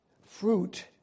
Fruit